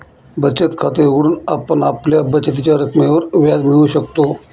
बचत खाते उघडून आपण आपल्या बचतीच्या रकमेवर व्याज मिळवू शकतो